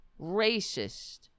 racist